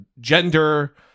gender